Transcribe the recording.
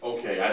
Okay